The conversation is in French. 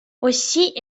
aussi